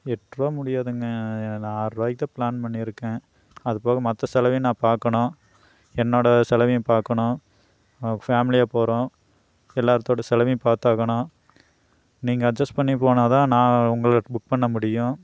எட்டுருவா முடியாதுங்க நான் ஆறுபாய்க்கு தான் பிளான் பண்ணியிருக்கேன் அதுபோக மற்ற செலவையும் நான் பார்க்கணும் என்னோட செலவையும் பார்க்கணும் ஃபேம்லியாக போகிறோம் எல்லார்த்தோடய செலவையும் பார்த்தாகணும் நீங்கள் அஜெஸ்ட் பண்ணி போனால் தான் நான் உங்களை புக் பண்ண முடியும்